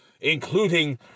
including